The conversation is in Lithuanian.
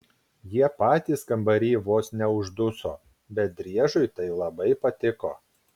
jie patys kambary vos neužduso bet driežui tai labai patiko